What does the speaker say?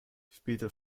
später